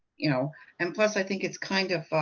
you know and plus i think it's kind of